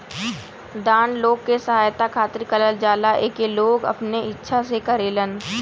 दान लोग के सहायता खातिर करल जाला एके लोग अपने इच्छा से करेलन